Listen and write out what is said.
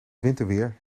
winterweer